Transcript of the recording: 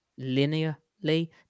linearly